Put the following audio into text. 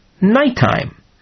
nighttime